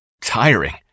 tiring